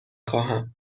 خواهم